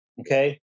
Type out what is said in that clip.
Okay